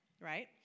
right